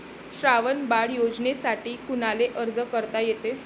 श्रावण बाळ योजनेसाठी कुनाले अर्ज करता येते?